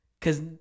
cause